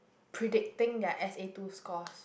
predicting their S_A two scores